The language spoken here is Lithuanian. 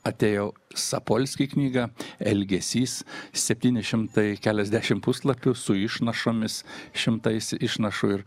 atėjo sapolski knyga elgesys septyni šimtai keliasdešimt puslapių su išnašomis šimtais išnašų ir